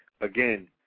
Again